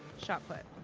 shot put.